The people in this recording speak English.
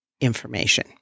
information